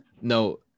No